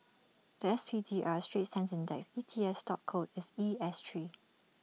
The S P D R straits times index E T F stock code is E S Three